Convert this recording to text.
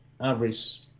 average